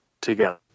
together